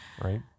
Right